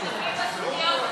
אנחנו שוקלים את הסוגיות